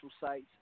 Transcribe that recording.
sites